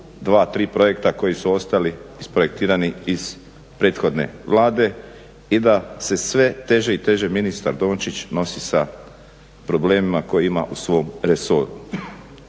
2, 3 projekta koji su ostali isprojektirani iz prethodne Vlade i da se sve teže i teže ministar Dončić nosi sa problemima koje ima u svom resoru.